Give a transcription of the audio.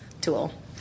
tool